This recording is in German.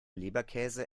leberkäse